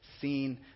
seen